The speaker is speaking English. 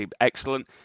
excellent